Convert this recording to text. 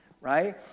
right